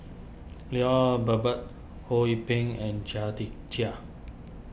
Lloyd Valberg Ho Yee Ping and Chia Tee Chiak